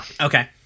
okay